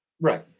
Right